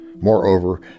Moreover